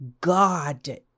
God